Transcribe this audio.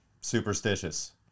superstitious